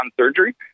surgery